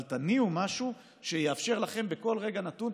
אבל תניעו משהו שיאפשר לכם בכל רגע נתון,